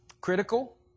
critical